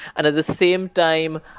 and at the same time,